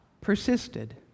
persisted